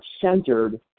centered